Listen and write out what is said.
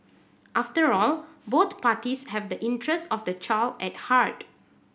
after all both parties have the interest of the child at heart